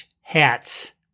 hats